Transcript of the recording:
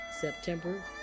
September